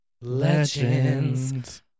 legends